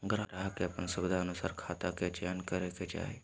ग्राहक के अपन सुविधानुसार खाता के चयन करे के चाही